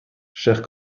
chers